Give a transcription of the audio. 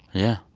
yeah.